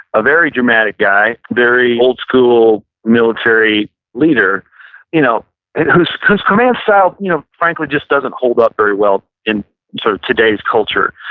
a very dramatic guy. very old school military leader you know who's who's command style you know frankly just doesn't hold up very well in so today's culture.